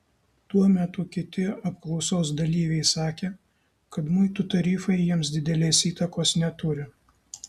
tuo metu kiti apklausos dalyviai sakė kad muitų tarifai jiems didelės įtakos neturi